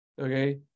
okay